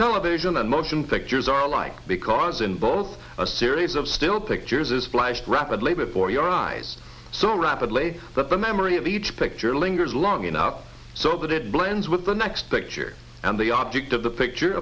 television and motion pictures are like because in both a series of still pictures is spliced rapidly before your eyes so rapidly that the memory of each picture lingers long enough so that it blends with the next picture and the object of the picture